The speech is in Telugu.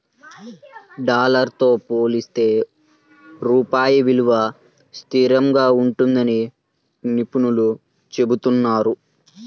డాలర్ తో పోలిస్తే రూపాయి విలువ స్థిరంగా ఉంటుందని నిపుణులు చెబుతున్నారు